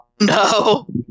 No